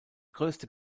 größte